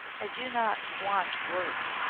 i do not want work,